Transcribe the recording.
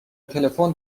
تلفن